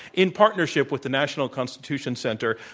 in partnership with the national constitution center,